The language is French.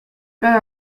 pas